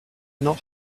not